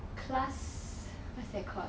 class what's that called